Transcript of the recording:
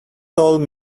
told